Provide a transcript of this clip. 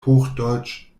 hochdeutsch